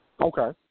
Okay